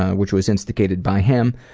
which was instigated by him.